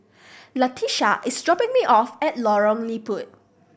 Latisha is dropping me off at Lorong Liput